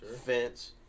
fence